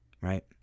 right